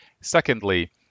Secondly